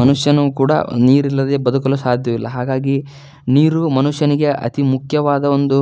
ಮನುಷ್ಯನು ಕೂಡ ನೀರಿಲ್ಲದೆ ಬದುಕಲು ಸಾದ್ಯವಿಲ್ಲ ಹಾಗಾಗಿ ನೀರು ಮನುಷ್ಯನಿಗೆ ಅತಿ ಮುಖ್ಯವಾದ ಒಂದು